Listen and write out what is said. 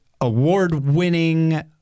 award-winning